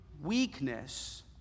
weakness